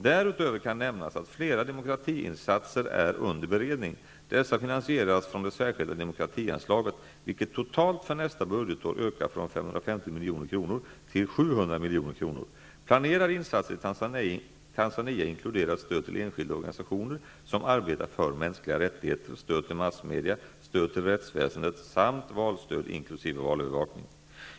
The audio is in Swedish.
Därutöver kan nämnas att flera demokratiinsatser är under beredning. Dessa finansieras från det särskilda demokratianslaget, vilket totalt för nästa budgetår ökar från 550 milj.kr. till 700 milj.kr. Planerade insatser i Tanzania inkluderar stöd till enskilda organisationer som arbetar för mänskliga rättigheter, stöd till massmedia, stöd till rättsväsendet samt valstöd inkl. valövervakning.